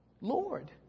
Lord